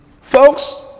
folks